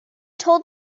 told